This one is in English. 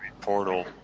Portal